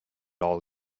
all